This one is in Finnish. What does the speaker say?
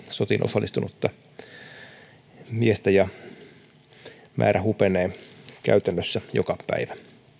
sotiin osallistunutta miestä ja määrä hupenee käytännössä joka päivä